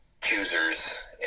choosers